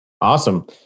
Awesome